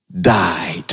died